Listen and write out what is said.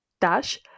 dash